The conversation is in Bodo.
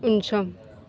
उनसं